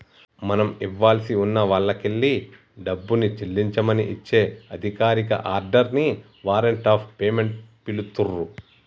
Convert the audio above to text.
మనం ఇవ్వాల్సి ఉన్న వాల్లకెల్లి డబ్బుని చెల్లించమని ఇచ్చే అధికారిక ఆర్డర్ ని వారెంట్ ఆఫ్ పేమెంట్ పిలుత్తున్రు